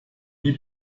die